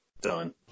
Done